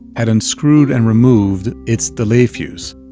had unscrewed and removed its delay fuse.